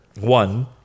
one